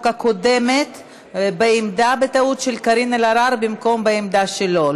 הקודמת בטעות מהעמדה של קארין אלהרר במקום מהעמדה שלו,